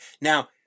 now